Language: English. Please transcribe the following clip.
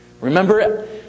Remember